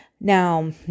Now